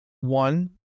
One